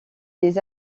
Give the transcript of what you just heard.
des